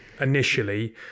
initially